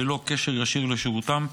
ללא קשר ישיר לשירותם.